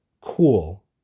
Cool